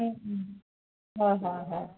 হয় হয় হয়